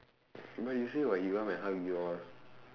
but you say [what] he come and hug you all